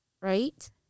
right